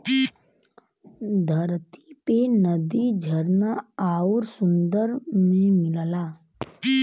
धरती पे नदी झरना आउर सुंदर में मिलला